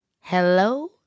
Hello